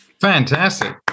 Fantastic